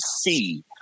see